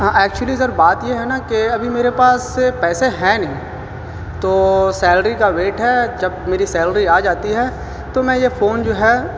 ہاں actually sir بات یہ ہے نا کہ ابھی میرے پاس پیسے ہیں نہیں تو سیلری کا ویٹ ہے جب میری سیلری آ جاتی ہے تو میں یہ فون جو ہے